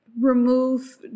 remove